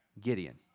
Gideon